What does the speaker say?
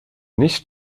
nicht